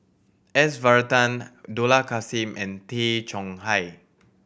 S Varathan Dollah Kassim and Tay Chong Hai